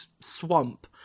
swamp